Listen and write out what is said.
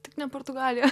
tik ne portugalija